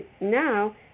now